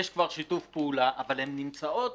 יש כבר שיתוף פעולה, אבל הן נמצאות